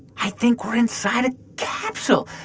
i think we're inside a capsule.